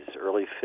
early